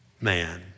man